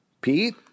Pete